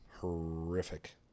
horrific